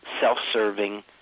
self-serving